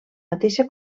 mateixa